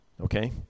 Okay